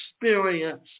experience